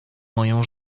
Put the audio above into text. moją